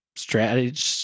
strategy